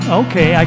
okay